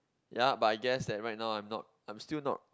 ya but I guess that right now I'm not I'm still not